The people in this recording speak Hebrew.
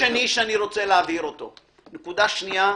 שנית,